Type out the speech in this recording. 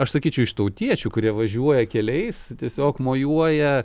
aš sakyčiau iš tautiečių kurie važiuoja keliais tiesiog mojuoja